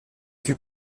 fut